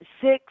Six